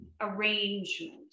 arrangement